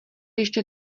ještě